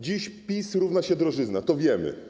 Dzisiaj PiS równa się drożyzna, to wiemy.